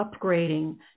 upgrading